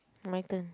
my turn